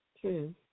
true